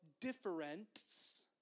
difference